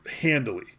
handily